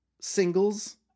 singles